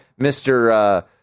Mr